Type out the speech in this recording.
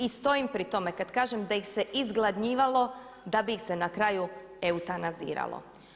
I stojim pri tome kad kažem da ih se izgladnjivalo, da bi ih se na kraju eutanaziralo.